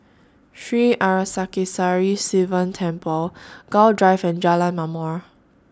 Sri Arasakesari Sivan Temple Gul Drive and Jalan Ma'mor